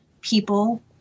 people